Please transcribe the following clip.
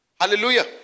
Hallelujah